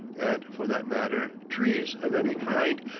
and, for that matter, trees of any kind,